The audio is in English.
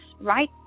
right